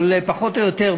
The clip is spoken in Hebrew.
אבל פחות או יותר,